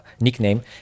nickname